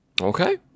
Okay